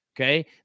okay